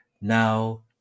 now